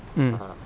mm